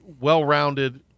well-rounded